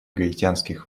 гаитянских